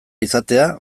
izatea